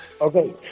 Okay